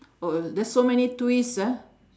oh there's so many twist ah